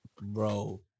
bro